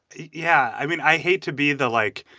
yeah. i mean, i hate to be the, like,